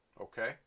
Okay